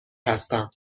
هستم